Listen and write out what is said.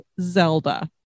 Zelda